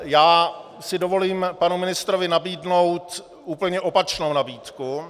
Já si dovolím panu ministrovi nabídnout úplně opačnou nabídku.